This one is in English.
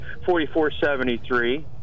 4473